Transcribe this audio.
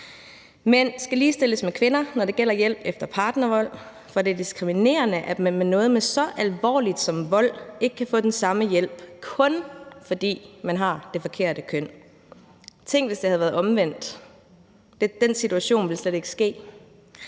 Mænd skal ligestilles med kvinder, når det gælder hjælp efter partnervold, for det er diskriminerende, at man ved noget så alvorligt som vold ikke kan få den samme hjælp, kun fordi man har det forkerte køn. Tænk, hvis det havde været omvendt. Den situation ville slet ikke